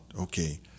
okay